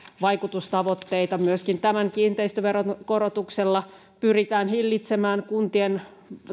vaikutustavoitteita myöskin tällä kiinteistöveron korotuksella pyritään hillitsemään kuntien